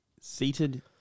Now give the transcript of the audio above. seated